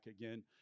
again